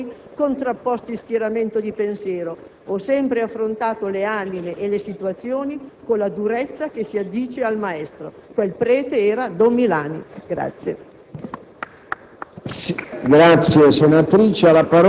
«Non ho seminato che contrasti, discussioni, contrapposti schieramenti di pensiero. Ho affrontato le anime e le situazioni con la durezza che si addice al maestro». Quel prete era don Milani.